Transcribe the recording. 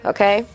Okay